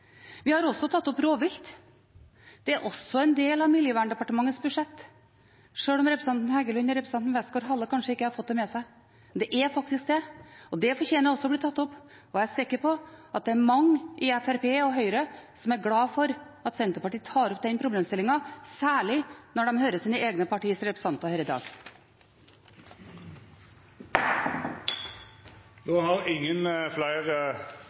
Vi har også tatt opp rovvilt. Det er også en del av Miljøverndepartementets budsjett, sjøl om representanten Heggelund og representanten Westgaard-Halle kanskje ikke har fått det med seg. Det er faktisk det, og det fortjener også å bli tatt opp. Og jeg er sikker på at det er mange i Fremskrittspartiet og Høyre som er glade for at Senterpartiet tar opp den problemstillingen, særlig når de hører sine egne partiers representanter her i dag. Fleire har